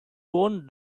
want